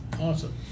Awesome